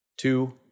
Two